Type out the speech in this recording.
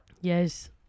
yes